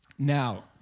Now